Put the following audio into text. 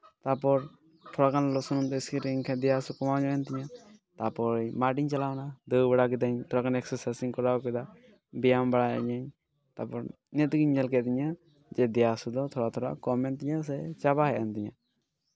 ᱛᱟᱨᱯᱚᱨ ᱛᱷᱚᱲᱟᱜᱟᱱ ᱞᱚᱞᱚ ᱥᱩᱱᱩᱢ ᱛᱮ ᱤᱥᱠᱤᱨ ᱮᱱ ᱠᱷᱟᱱ ᱫᱮᱭᱟ ᱦᱟᱹᱥᱩ ᱠᱚᱢᱟᱣ ᱧᱚᱜ ᱮᱱ ᱛᱤᱧᱟ ᱛᱟᱨᱯᱚᱨ ᱢᱟᱴᱷᱤᱧ ᱪᱟᱞᱟᱣᱱᱟ ᱫᱟᱹᱲ ᱵᱟᱲᱟ ᱠᱤᱫᱟᱹᱧ ᱛᱷᱚᱲᱟᱜᱟᱱ ᱮᱠᱥᱮᱥᱟᱭᱤᱡᱤᱧ ᱠᱚᱨᱟᱣ ᱠᱮᱫᱟ ᱵᱮᱭᱟᱢ ᱵᱟᱲᱟᱭᱮᱱᱟᱹᱧ ᱛᱟᱨᱯᱚᱨ ᱤᱱᱟᱹᱜ ᱛᱮᱜᱤᱧ ᱧᱮᱞ ᱠᱮᱫ ᱛᱤᱧᱟᱹ ᱡᱮ ᱫᱮᱭᱟ ᱦᱟᱹᱥᱩ ᱫᱚ ᱛᱷᱚᱲᱟ ᱛᱷᱚᱲᱟ ᱠᱚᱢ ᱮᱱ ᱛᱤᱧᱟᱹ ᱥᱮ ᱪᱟᱵᱟᱭᱮᱱ ᱛᱤᱧᱟᱹ